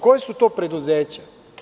Koja su to preduzeća?